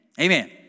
Amen